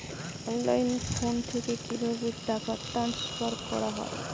অনলাইনে ফোন থেকে কিভাবে টাকা ট্রান্সফার করা হয়?